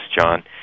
John